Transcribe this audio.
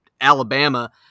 Alabama